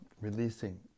releasing